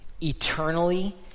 eternally